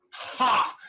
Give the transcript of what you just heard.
ha!